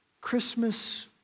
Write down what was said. Christmas